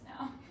now